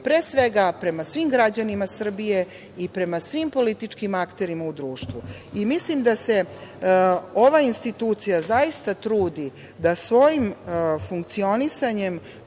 pre svega prema svim građanima Srbije i prema svim političkim akterima u društvu i mislim da se ova institucija zaista trudi da svojim funkcionisanjem